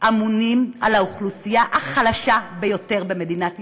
אמונים על האוכלוסייה החלשה ביותר במדינת ישראל.